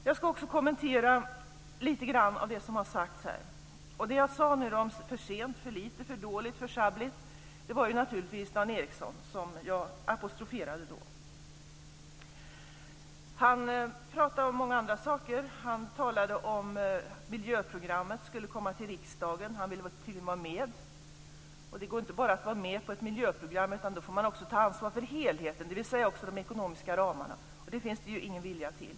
Jag ska också kommentera lite grann av det som har sagts här. Det var naturligtvis Dan Ericsson som jag apostroferade när jag sade att allt är för sent, för lite, för dåligt och för sjabbligt. Han pratade om många andra saker. Han talade om att miljöprogrammet skulle komma till riksdagen. Han ville tydligen vara med. Det går inte bara att vara med på ett miljöprogram, utan då får man också ta ansvar för helheten, dvs. också de ekonomiska ramarna. Det finns det ingen vilja till.